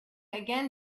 again